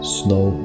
snow